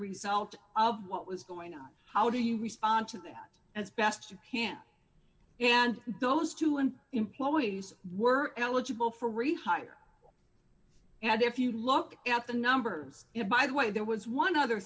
result of what was going on how do you respond to that as best you can and those two hundred employees were eligible for rehire and if you look at the numbers by the way there was one other